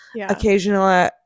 Occasionally